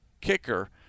kicker